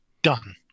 done